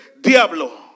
diablo